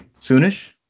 soonish